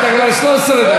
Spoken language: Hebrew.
תודה, אדוני.